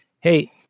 Hey